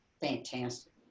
fantastic